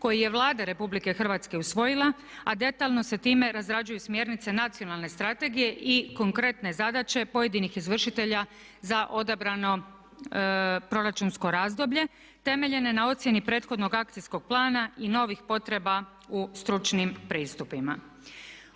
koji je Vlada Republike Hrvatske usvojila a detaljno se ime razrjeđuju smjernice Nacionalne strategije i konkretne zadaće pojedinih izvršitelja za odabrano proračunsko razdoblje temeljene na ocjeni prethodnog akcijskog plana i novih potreba u stručnim pristupima.